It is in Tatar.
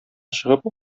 чыгып